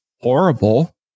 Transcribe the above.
horrible